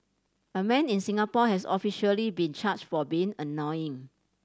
a man in Singapore has officially been charge for being annoying